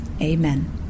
Amen